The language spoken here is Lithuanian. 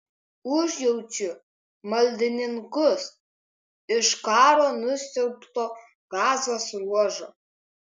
užjaučiu maldininkus iš karo nusiaubto gazos ruožo